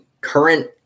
current